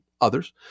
Others